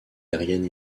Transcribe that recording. aérienne